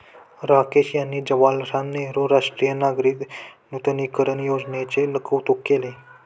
राकेश यांनी जवाहरलाल नेहरू राष्ट्रीय नागरी नूतनीकरण योजनेचे कौतुक केले